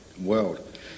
world